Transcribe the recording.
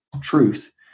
truth